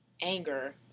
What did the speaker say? anger